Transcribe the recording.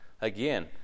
again